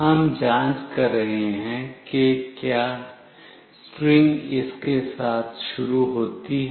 हम जाँच कर रहे हैं कि क्या स्ट्रिंग इसके साथ शुरू होती है